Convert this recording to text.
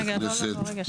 לימור סון הר מלך (עוצמה יהודית): לא, רגע.